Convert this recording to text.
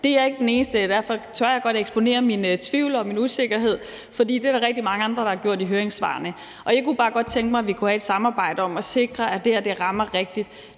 den eneste der siger, og derfor tør jeg godt eksponere min tvivl og min usikkerhed, for det er der rigtig mange andre, der har gjort i høringssvarene. Jeg kunne bare godt tænke mig, at vi kunne have et samarbejde om at sikre, at det her rammer rigtigt.